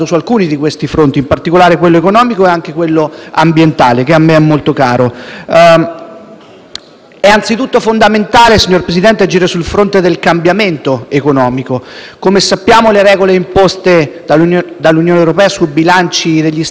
È anzitutto fondamentale, signor Presidente, agire sul fronte del cambiamento economico. Come sappiamo, le regole imposte dall'Unione europea sui bilanci degli Stati hanno inibito l'espansione economica e, con le riforme del lavoro approvate negli ultimi anni,